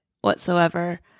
whatsoever